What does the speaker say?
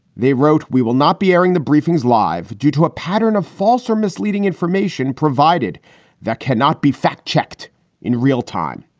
they wrote, we will not be airing the briefings live due to a pattern of false or misleading information provided that cannot be fact checked in real time.